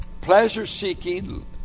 pleasure-seeking